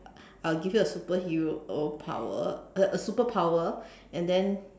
I'll give you a superhero uh power the superpower and then